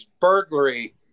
burglary